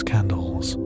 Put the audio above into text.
Candles